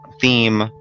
theme